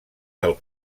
del